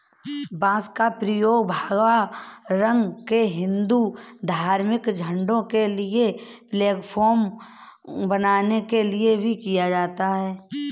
बांस का उपयोग भगवा रंग के हिंदू धार्मिक झंडों के लिए फ्लैगपोल बनाने के लिए भी किया जाता है